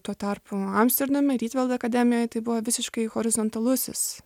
tuo tarpu amsterdame rietveldo akademijoj tai buvo visiškai horizontalusis